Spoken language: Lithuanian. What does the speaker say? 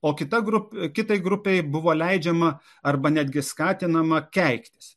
o kita grupė kitai grupei buvo leidžiama arba netgi skatinama keiktis